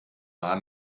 mal